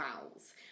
vowels